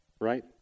right